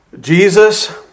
Jesus